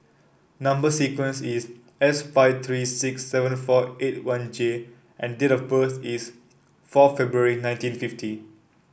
number sequence is S five three six seven four eight one J and date of birth is four February nineteen fifty